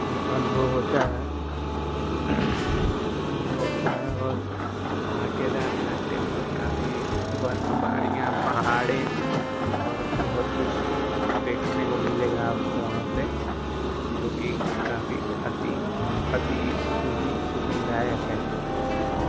अनुभव होता है अनुभव होता है और वहाँ केदारनाथ टेम्पल काफ़ी बर्फ़बारियाँ पहाड़ें और बहुत कुछ देखने को मिलेगा आपको वहाँ पर जो कि काफ़ी अति अति सूकून सुकूनदायक है